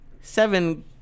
seven